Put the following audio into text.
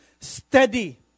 steady